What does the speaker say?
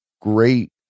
great